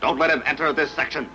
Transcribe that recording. don't let him enter the section